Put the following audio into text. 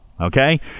Okay